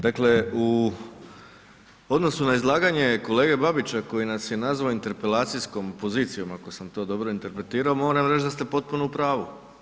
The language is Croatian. Dakle, u odnosu na izlaganje kolege Babića koji nas je nazvao interpelacijskom pozicijom, ako sam to dobro interpretirao, moram reć da ste potpuno u pravu.